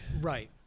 Right